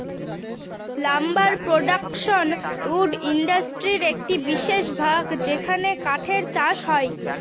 lumber production wood ইন্ডাস্ট্রির একটি বিশেষ ভাগ যেখানে কাঠের চাষ হয়